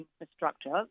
infrastructure